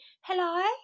hello